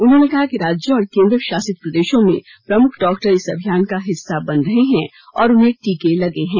उन्होंने कहा कि राज्यों और केंद्र शासित प्रदेशों में प्रमुख डॉक्टर इस अभियान का हिस्सा बन रहे हैं और उन्हें टीके लगे हैं